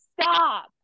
stop